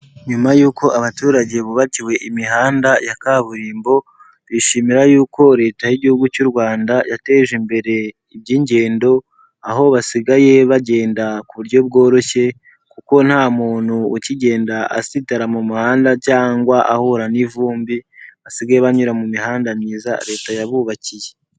Nyuma y'uko abaturage bubakiwe imihanda ya kaburimbo, bishimira yuko Leta y'igihugu cy'u Rwanda yateje imbere iby'ingendo, aho basigaye bagenda ku buryo bworoshye kuko nta muntu ukigenda asitara mu muhanda cyangwa ahura n'ivumbi, basigaye banyura mu mihanda myiza leta yabubakiye.